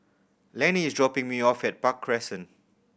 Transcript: Lanie is dropping me off at Park Crescent